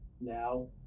now